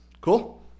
Cool